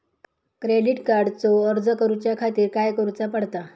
Credit कार्डचो अर्ज करुच्या खातीर काय करूचा पडता?